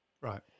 right